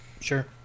Sure